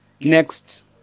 next